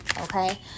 okay